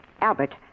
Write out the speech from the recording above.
Albert